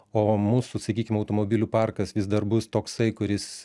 o mūsų sakykim automobilių parkas vis dar bus toksai kuris